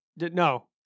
No